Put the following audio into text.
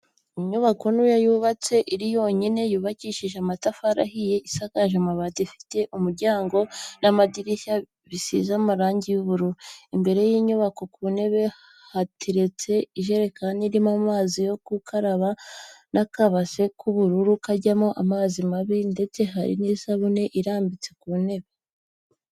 Inyubako ntoya yubatse iri yonyine, yubakishije amatafari ahiye isakaje amabati ifite umuryango n'amadirishya bisize amarangi y'ubururu, imbere y'inyubako ku ntebe hateretse ijerekani irimo amazi yo gukaraba n'akabase k'ubururu kajyamo amazi mabi ndetse hari n'isabuni irambitse ku ntebe.